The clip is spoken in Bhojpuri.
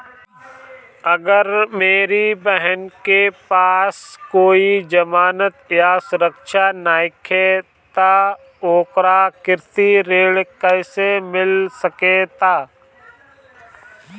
अगर मेरी बहन के पास कोई जमानत या सुरक्षा नईखे त ओकरा कृषि ऋण कईसे मिल सकता?